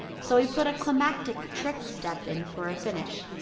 so we put a climactic trick step in for a finish,